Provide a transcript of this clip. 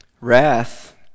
Wrath